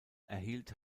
erhielt